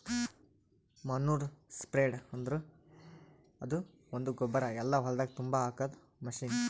manure spreader ಅಂದುರ್ ಅದು ಒಂದು ಗೊಬ್ಬರ ಎಲ್ಲಾ ಹೊಲ್ದಾಗ್ ತುಂಬಾ ಹಾಕದ್ ಮಷೀನ್